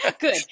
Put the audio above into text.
Good